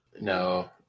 No